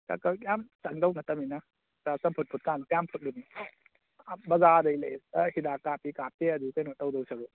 ꯀꯛ ꯀꯛ ꯌꯥꯝ ꯆꯥꯡꯗꯧ ꯅꯠꯇꯃꯤꯅ ꯈꯔ ꯆꯝꯐꯨꯠ ꯐꯨꯠꯀꯥꯟ ꯀꯌꯥꯝ ꯐꯨꯠꯂꯨꯅꯤ ꯑꯥ ꯕꯖꯥꯔꯗꯩ ꯂꯩꯔꯒ ꯍꯤꯗꯥꯛ ꯀꯥꯞꯄꯤ ꯀꯥꯞꯇꯦ ꯑꯗꯨ ꯀꯩꯅꯣ ꯇꯧꯗꯧ ꯁꯔꯨꯛ